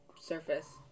surface